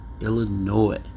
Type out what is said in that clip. Illinois